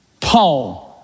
Paul